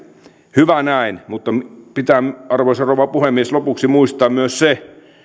hyvä näin mutta pitää arvoisa rouva puhemies lopuksi muistaa myös se